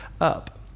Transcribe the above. up